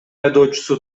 айдоочусу